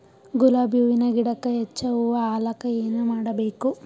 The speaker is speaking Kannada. ಗುಲಾಬಿ ಹೂವಿನ ಗಿಡಕ್ಕ ಹೆಚ್ಚ ಹೂವಾ ಆಲಕ ಏನ ಮಾಡಬೇಕು?